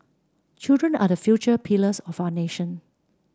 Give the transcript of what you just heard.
children are the future pillars of our nation